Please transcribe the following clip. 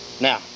Now